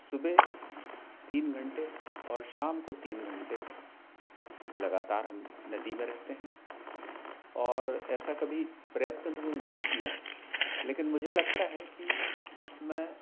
सुबह तीन घंटे और और शाम को तीन घंटे लगातार हम नदी में रहते हैं और ऐसा कभी प्रयत्न तो नहीं किया लेकिन मझे लगता है कि मैं